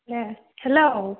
A hello